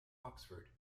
oxford